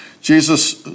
Jesus